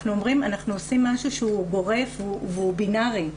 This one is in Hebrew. אנחנו עושים משהו שהוא גורף והוא בינארי.